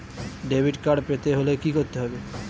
Debit card পেতে হলে কি করতে হবে?